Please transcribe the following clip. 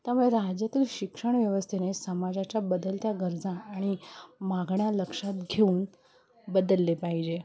त्यामुळे राज्यातील शिक्षण व्यवस्थेने समाजाच्या बदलत्या गरजा आणि मागण्या लक्षात घेऊन बदलले पाहिजे